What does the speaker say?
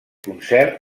concert